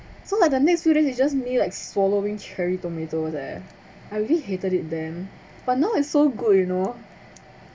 so like the next few days it just me like swallowing cherry tomato eh I really hated it then but now it's so good you know